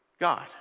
God